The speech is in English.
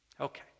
okay